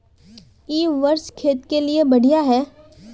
इ वर्षा खेत के लिए बढ़िया है?